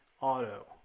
Auto